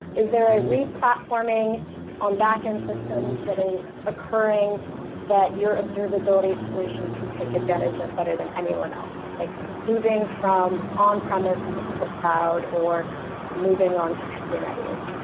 is there a re-platforming on backend systems that's ah occurring that your observability solution can take advantage of better than anyone else? like moving from on premise to the public cloud, or moving on to kubernetes.